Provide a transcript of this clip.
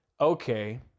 okay